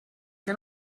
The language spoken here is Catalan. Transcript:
que